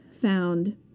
found